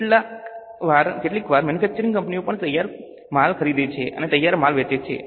કેટલીકવાર મેન્યુફેક્ચરિંગ કંપનીઓ પણ તૈયાર માલ ખરીદે છે અને તૈયાર માલ વેચે છે